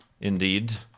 indeed